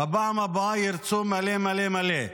בפעם הבאה ירצו מלא מלא מלא.